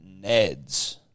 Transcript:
Neds